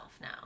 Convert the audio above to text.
now